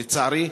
לצערי.